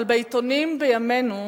אבל בעיתונים בימינו,